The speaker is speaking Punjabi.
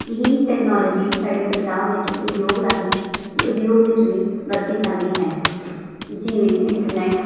ਇਹ ਟੈਕਨੋਲਜੀ ਸਾਡੇ ਪੰਜਾਬ ਵਿੱਚ ਉਦਯੋਗ ਰਾਹੀਂ ਉਦਯੋਗ ਵਿੱਚ ਵੀ ਵਰਤੀ ਜਾਂਦੀ ਹੈ ਜਿਵੇਂ ਇੰਟਰਨੈਟ